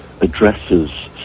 addresses